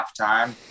halftime